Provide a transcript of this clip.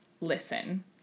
listen